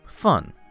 fun